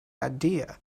idea